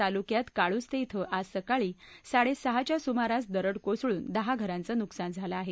तालुक्यात काळुस्ते धिं आज सकाळी साडेसहाच्या सुमाराला दरड कोसळून दहा घरांचं नुकसान झालं आहे